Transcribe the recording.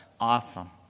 awesome